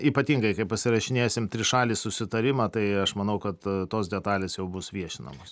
ypatingai kai pasirašinėsim trišalį susitarimą tai aš manau kad tos detalės jau bus viešinamos